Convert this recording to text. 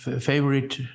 favorite